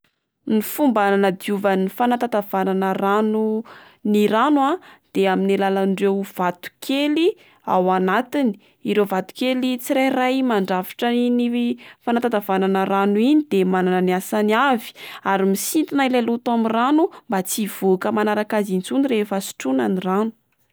Ny fomba nanadiovan'ny fanatatavanana rano ny rano a de amin'ny alalan'ireo vatokely ao anatiny. Ireo vatokely tsirairay mandrafitra iny fanatatavanana rano iny de manana ny asany avy ary misintona ilay loto amin'ny rano mba tsy hivoaka manaraka azy intsony rehefa sotroina ny rano.